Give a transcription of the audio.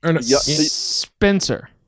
Spencer